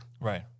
right